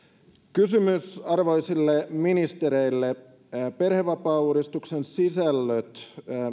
kysymys arvoisille ministereille perhevapaauudistuksen sisällöt